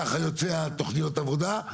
ככה יוצא תוכניות עבודה,